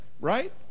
right